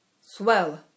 swell